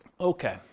Okay